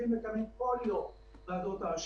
קודם כול נאמרו פה המון דברים א',